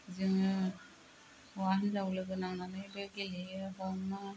जोङो हौवा हिनजाव लोगो नांनानै बे गेलेयो हमो